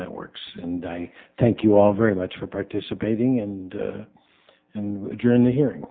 networks and i thank you all very much for participating and and during the hearing